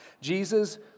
Jesus